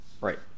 right